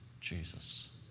Jesus